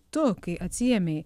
tu kai atsiėmei